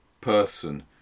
person